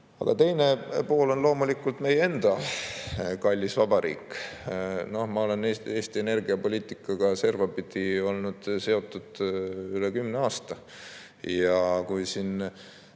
Teine pool on loomulikult meie enda kallis vabariik. Ma olen Eesti energiapoliitikaga servapidi olnud seotud üle kümne aasta. Kui siin